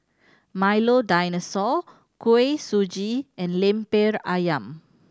Milo Dinosaur Kuih Suji and Lemper Ayam